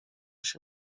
się